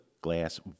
glass